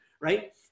right